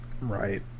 Right